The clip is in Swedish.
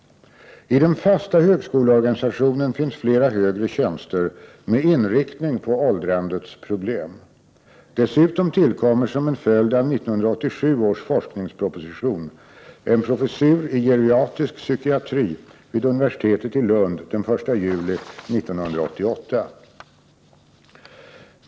I den fasta högskoleorganisationen finns flera högre tjänster med inriktning på åldrandets problem. Dessutom tillkommer som en följd av 1987 års forskningsproposition en professur i geriatrisk psykiatri vid universitetet i Lund den 1 juli 1988.